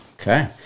okay